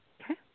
Okay